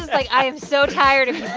like i am so tired of you